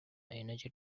energy